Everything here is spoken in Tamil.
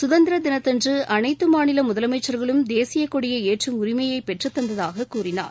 சுதந்திர தினத்தன்று அனைத்து மாநில முதலமைச்சா்களும் தேசிய கொடியை ஏற்றும் உரிமையை பெற்றுத் தந்ததாக கூறினார்